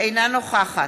אינה נוכחת